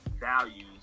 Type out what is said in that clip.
values